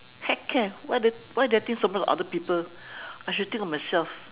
heck care why why do I think so much of other people I should think of myself